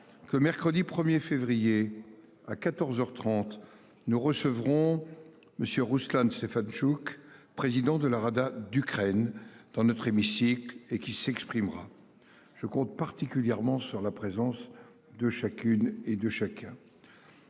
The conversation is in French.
que mercredi 1er février à 14h 30 nous recevrons monsieur Rouslan Stefantchouk, président de la Rada d'Ukraine dans notre hémicycle et qui s'exprimera. Je compte particulièrement sur la présence de chacune et de chacun.